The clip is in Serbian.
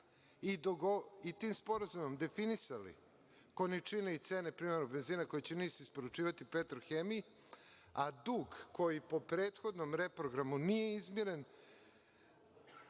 i tim sporazumima definisali količine i cene privremenog benzina koji će NIS isporučivati „Petrohemiji“, a dug koji po prethodnom reprogramu nije izmiren